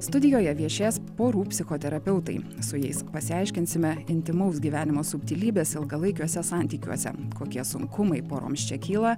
studijoje viešės porų psichoterapeutai su jais pasiaiškinsime intymaus gyvenimo subtilybes ilgalaikiuose santykiuose kokie sunkumai poroms čia kyla